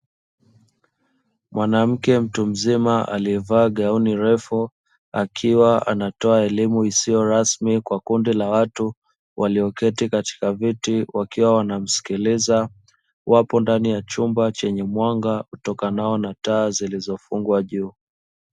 Mwanamke mtu mzima aliyevaa gauni refu akiwa akitoa elimu isiyo rasmi kwa kundi la watu walioketi katika viti wakiwa wanamsikiliza, wapo ndani ya chumba chenye mwanga utokanao na taa zilizofungwa juu.